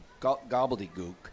gobbledygook